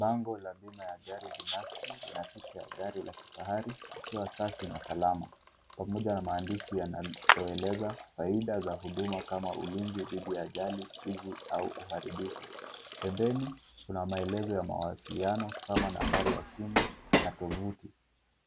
Bango la bima ya gari binafsi, lina picha ya gari la kifahari likiwa safi na salama pamoja na maandishi yaliyoeleza faida za huduma kama ulinzi dhidi ya ajali, wizi au uharibifu, pembeni kuna maelezo ya mawasiliano kama nambari ya simu na tovuti,